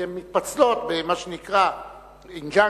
הן מתפצלות במה שנקרא junction,